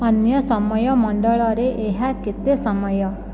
ଅନ୍ୟ ସମୟ ମଣ୍ଡଳରେ ଏହା କେତେ ସମୟ